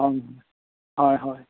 অঁ হয় হয়